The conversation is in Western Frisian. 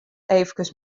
efkes